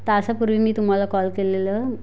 तासापूर्वी मी तुम्हाला कॉल केलेलं